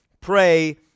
pray